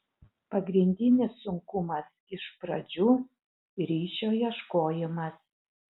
pagrindinis sunkumas iš pradžių ryšio ieškojimas